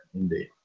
indeed